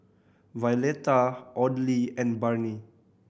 Violetta Audley and Barney